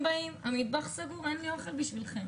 המטבח סגור אין לי אוכל בשבילכם.